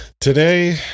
today